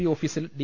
P ഓഫീസിൽ D